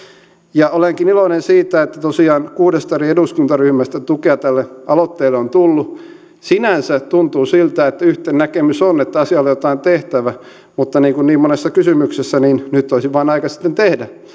ja olenkin iloinen siitä että tosiaan kuudesta eri eduskuntaryhmästä tukea tälle aloitteelle sinänsä tuntuu siltä että yhtenäinen näkemys on että asialle on jotain tehtävä mutta niin kuin niin monessa kysymyksessä nyt olisi vain aika sitten tehdä